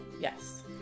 yes